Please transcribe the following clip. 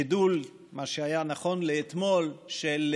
זה גידול, מה שהיה נכון לאתמול, של